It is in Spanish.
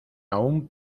aún